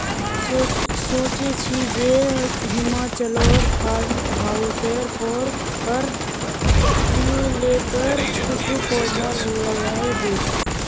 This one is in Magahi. सोचे छि जे हिमाचलोर फार्म हाउसेर पर ट्यूलिपेर कुछू पौधा लगइ दी